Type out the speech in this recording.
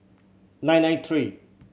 nine nine three